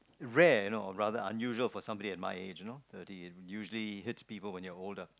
rare you know or rather unusual for somebody at my age you know it hits people when you're older